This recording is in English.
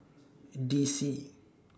D C